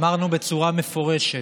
אמרנו בצורה מפורשת: